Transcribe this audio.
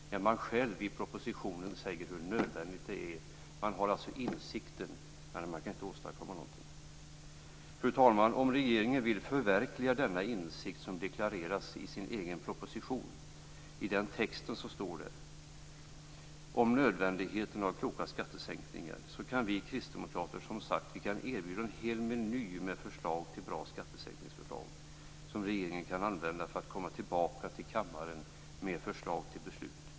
I propositionen talar man ju om själv hur nödvändigt det är. Man har alltså insikten men man kan inte åstadkomma någonting. Fru talman! Om regeringen vill förverkliga denna insikt, som deklareras i den egna propositionen, så är det bara att läsa texten. I fråga om nödvändigheten av kloka skattesänkningar kan vi kristdemokrater, som sagt, erbjuda en hel meny till bra skattesänkningsförslag som regeringen kan använda för att komma tillbaka till kammaren med förslag till beslut.